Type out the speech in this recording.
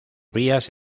vías